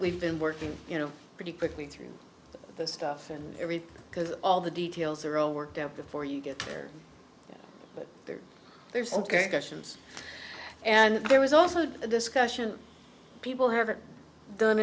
we've been working you know pretty quickly through the stuff and everything because all the details are all worked out before you get there but there are some questions and there was also discussion people haven't done